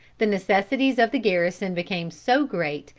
the necessities of the garrison became so great,